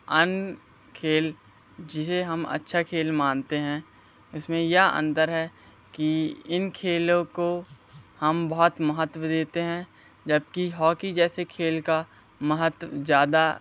अन्य खेल जिसे हम अच्छा खेल मानते हैं इस में यह अंतर है कि इन खेलों को हम बहुत महत्व देते हैं जब कि हॉकी जैसे खेल का महत्व ज़्यादा